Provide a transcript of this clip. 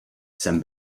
jsem